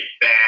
bad